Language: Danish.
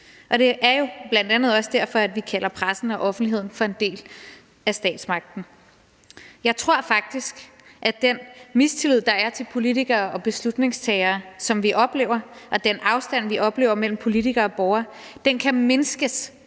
Det er jo bl.a. også derfor, at vi kalder pressen og offentligheden for en del af statsmagten, og jeg tror faktisk, at den mistillid, som vi oplever der er til politikere og beslutningstagere, og den afstand, som vi oplever mellem politikere og borgere, kan mindskes,